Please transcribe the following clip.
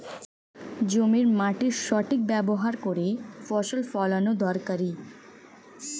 জমির মাটির সঠিক ব্যবহার করে ফসল ফলানো দরকারি